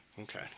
Okay